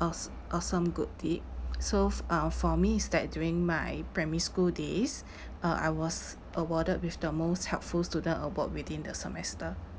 awes~ awesome good deed so uh for me is that during my primary school days uh I was awarded with the most helpful student award within the semester